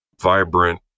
vibrant